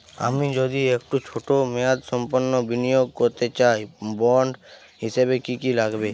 আমি যদি একটু ছোট মেয়াদসম্পন্ন বিনিয়োগ করতে চাই বন্ড হিসেবে কী কী লাগবে?